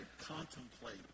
Contemplate